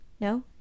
No